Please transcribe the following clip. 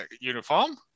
uniform